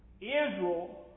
Israel